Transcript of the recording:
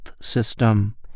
system